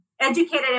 educated